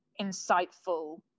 insightful